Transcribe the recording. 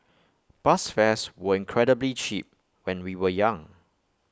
bus fares were incredibly cheap when we were young